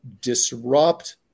disrupt